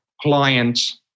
clients